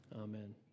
Amen